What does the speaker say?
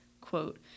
quote